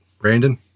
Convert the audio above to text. Brandon